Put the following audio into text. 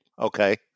Okay